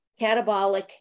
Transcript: catabolic